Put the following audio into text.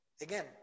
Again